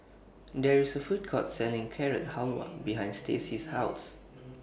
There IS A Food Court Selling Carrot Halwa behind Stacey's House